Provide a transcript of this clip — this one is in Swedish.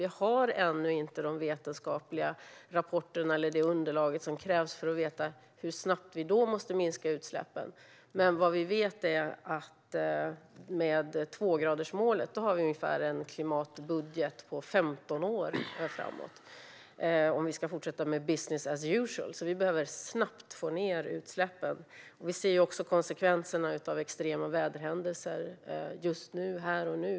Vi har ännu inte de vetenskapliga rapporterna eller det underlag som krävs för att veta hur snabbt vi i så fall måste minska utsläppen. Men vad vi vet är att med tvågradersmålet har vi en klimatbudget för ungefär 15 år framåt, om vi fortsätter med business as usual. Vi behöver alltså få ned utsläppen snabbt. Vi ser också konsekvenserna av extrema väderhändelser här och nu.